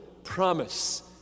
promise